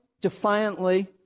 defiantly